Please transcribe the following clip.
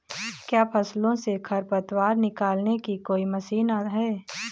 क्या फसलों से खरपतवार निकालने की कोई मशीन है?